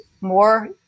more